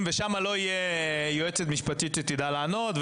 ושם לא יהיה יועצת משפטית שתדע לענות,